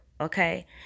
Okay